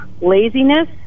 laziness